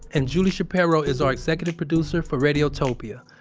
and julie shapiro is our executive producer for radiotopia.